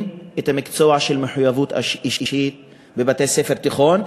את המקצוע מחויבות אישית בבתי-ספר תיכון?